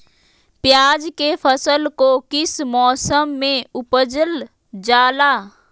प्याज के फसल को किस मौसम में उपजल जाला?